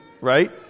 right